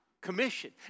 commission